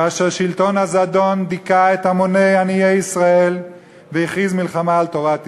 כאשר שלטון הזדון דיכא את המוני עניי ישראל והכריז מלחמה על תורת ישראל.